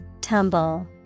Tumble